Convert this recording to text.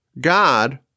God